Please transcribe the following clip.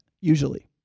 usually